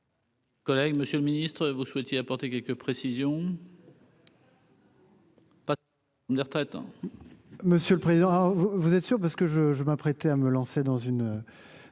Collègue, Monsieur le Ministre, vous souhaitiez apporter quelques précisions. Des retraites. Monsieur le président, vous vous êtes sûr parce que je, je m'apprêtais à me lancer dans une